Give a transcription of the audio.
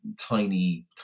tiny